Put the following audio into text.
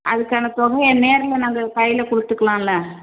அதுக்கான தொகையை நேர்ல நாங்கள் கையில் கொடுத்துக்கலான்ல